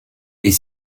est